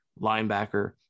Linebacker